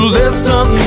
listen